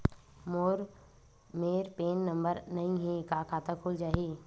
मोर मेर PAN number नई हे का खाता खुल जाही?